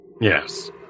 Yes